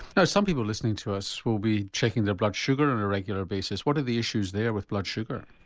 now some people listening to us will be checking their blood sugar on and a regular basis what are the issues there with blood sugar?